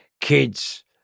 kids